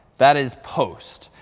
that is post.